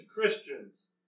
Christians